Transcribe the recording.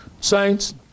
Saints